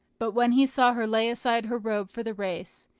but when he saw her lay aside her robe for the race,